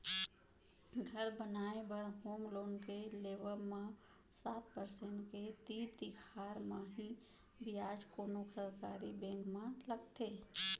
घर बनाए बर होम लोन के लेवब म सात परसेंट के तीर तिखार म ही बियाज कोनो सरकारी बेंक म लगथे